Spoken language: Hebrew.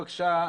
בבקשה,